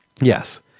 Yes